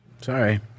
Sorry